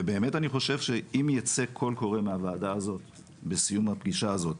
באמת אני חושב שאם ייצא קול קורא מהוועדה הזאת בסיום הפגישה הזאת